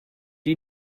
you